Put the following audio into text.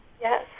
Yes